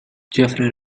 jeffery